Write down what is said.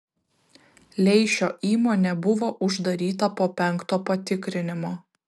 leišio įmonė buvo uždaryta po penkto patikrinimo